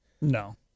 No